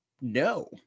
No